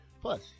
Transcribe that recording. Plus